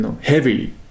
heavy